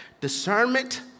Discernment